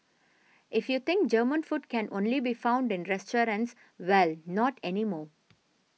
if you think German food can only be found in restaurants well not anymore